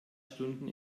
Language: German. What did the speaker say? stunden